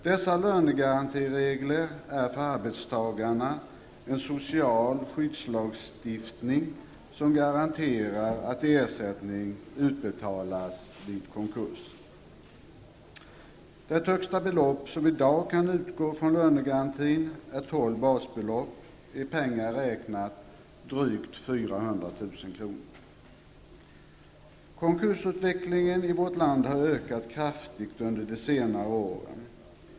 Dessa lönegarantiregler är för arbetstagarna en social skyddslagstiftning som garanterar att ersättning utbetalas vid konkurs. Det högsta belopp som i dag kan utgå från lönegarantin är tolv basbelopp -- i pengar räknat drygt 400 000 kr. Konkursutvecklingen i vårt land har ökat kraftigt under de senaste åren.